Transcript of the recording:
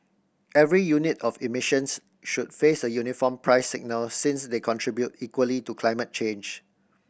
every unit of emissions should face a uniform price signal since they contribute equally to climate change